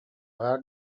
баар